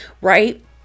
right